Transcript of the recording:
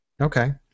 Okay